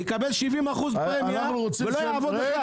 אקבל 70% פרמיה ולא אעבוד?